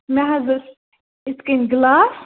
مےٚ حظ ٲس یِتھٕ کٔنۍ گِلاس